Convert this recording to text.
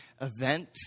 event